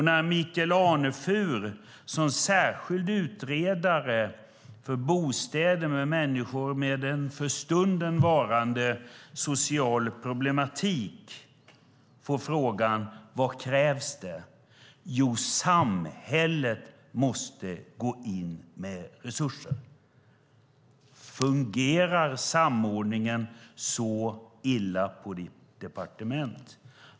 När Michael Anefur, som särskild utredare för bostäder till människor med en för stunden varande social problematik, får frågan vad som krävs svarar han: Samhället måste gå in med resurser. Fungerar samordningen så illa på ditt departement?